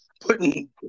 putting –